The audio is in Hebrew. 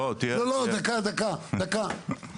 לא לא דקה דקה דקה,